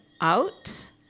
out